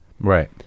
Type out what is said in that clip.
right